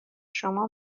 شما